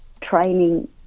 training